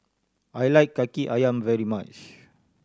I like Kaki Ayam very much